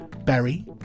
Berry